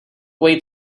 wait